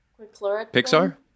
Pixar